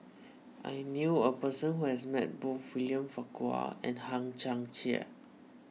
I knew a person who has met both William Farquhar and Hang Chang Chieh